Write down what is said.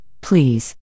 please